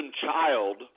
child